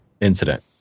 incident